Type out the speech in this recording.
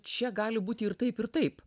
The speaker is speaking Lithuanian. čia gali būti ir taip ir taip